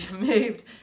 moved